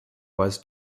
was